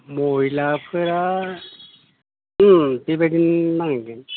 महिलाफोरा बेबायदिनो नांहैगोन